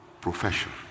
Profession